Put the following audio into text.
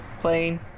playing